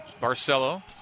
Barcelo